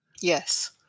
Yes